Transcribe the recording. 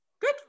Good